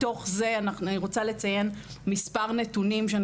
מתוך זה הייתי רוצה לציין מספר נתונים שאני